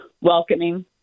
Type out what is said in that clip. welcoming